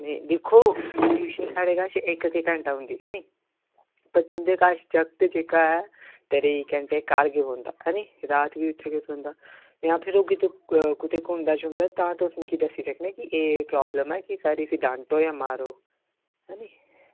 नेईं नेईं दिक्खो ट्यूशन साढ़े कश इक इक घैंटा होंदी ऐ निं पर तुं'दे कश जागत जेह्का ऐ त्रेई घैंटे घर गै बौंह्दा ऐ निं रात बी उत्थै गै सौंदा में आखेआ जो किश क कुतै घुमदा शुमदा तां तुस मिगी दस्सी सकने कि एह् प्राब्लम ऐ कि सर इस्सी डांटो जां मारो ऐ निं